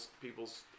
people's